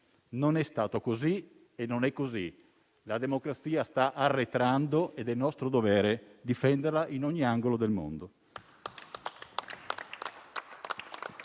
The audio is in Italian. Non è stato così e non è così. La democrazia sta arretrando ed è nostro dovere difenderla in ogni angolo del mondo.